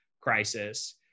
crisis